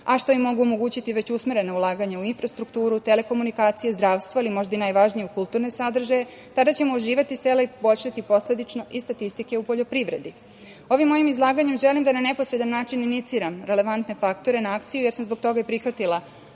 a što im mogu omogućiti već usmerena ulaganja u infrastrukturu, telekomunikacije, zdravstvo, ali možda i najvažnije u kulturne sadržaje, tada ćemo oživeti sela i poboljšati posledično i statistike u poljoprivredi. Ovim mojim izlaganjem želim da neposredan način iniciram relevantne faktore na akciju, jer sam zbog toga i prihvatila